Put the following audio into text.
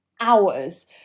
hours